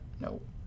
Nope